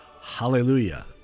hallelujah